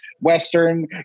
Western